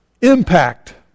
impact